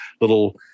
little